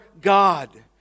God